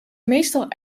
meestal